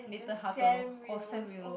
Nathan-Hartono or Sam-Willows